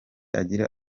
agira